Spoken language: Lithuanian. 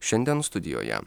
šiandien studijoje